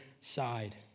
side